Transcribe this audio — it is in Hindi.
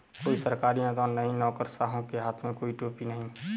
कोई सरकारी अनुदान नहीं, नौकरशाहों के हाथ में कोई टोपी नहीं